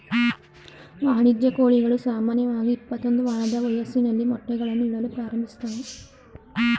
ವಾಣಿಜ್ಯ ಕೋಳಿಗಳು ಸಾಮಾನ್ಯವಾಗಿ ಇಪ್ಪತ್ತೊಂದು ವಾರದ ವಯಸ್ಸಲ್ಲಿ ಮೊಟ್ಟೆಗಳನ್ನು ಇಡಲು ಪ್ರಾರಂಭಿಸ್ತವೆ